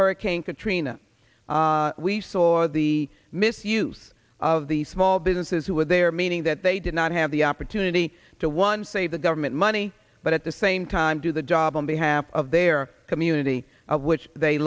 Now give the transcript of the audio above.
hurricane katrina we saw the misuse of these small businesses who were there meaning that they did not have the opportunity to one save the government money but at the same time do the job on behalf of their community which they